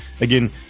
Again